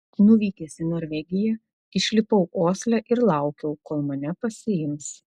nuvykęs į norvegiją išlipau osle ir laukiau kol mane pasiims